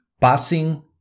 passing